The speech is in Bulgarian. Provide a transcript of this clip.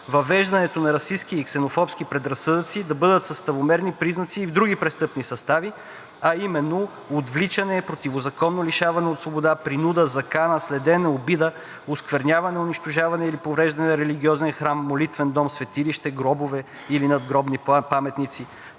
въвеждането на расистки и ксенофобски предразсъдъци да бъдат съставомерни признаци и в други престъпни състави, а именно: отвличане, противозаконно лишаване от свобода, принуда, закана, следене, обида, оскверняване, унищожаване или повреждане на религиозен храм, молитвен дом, светилище, гробове и надгробни паметници,